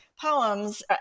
poems